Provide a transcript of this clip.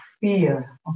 fear